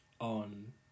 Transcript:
on